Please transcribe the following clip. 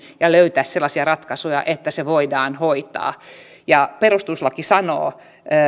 ja löytää sellaisia ratkaisuja että se voidaan hoitaa ja perustuslaki sanoo